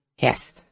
Yes